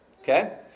okay